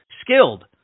skilled